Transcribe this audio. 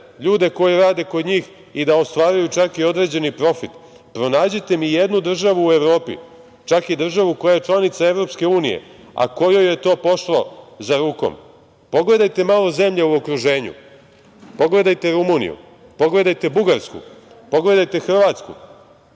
ljudi koji rade kod njih i da ostvaruju čak i određeni profit. Pronađite mi jednu državu u Evropi, čak i državu koja je članica EU, a kojoj je to pošlo za rukom. Pogledajte malo zemlje u okruženju. Pogledajte Rumuniju, pogledajte Bugarsku, pogledajte Hrvatsku. Mediji